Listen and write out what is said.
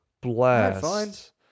blast